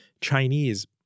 Chinese